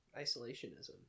isolationism